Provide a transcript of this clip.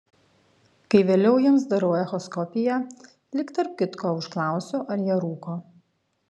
kai vėliau jiems darau echoskopiją lyg tarp kitko užklausiu ar jie rūko